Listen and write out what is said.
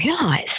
realise